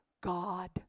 God